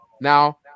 Now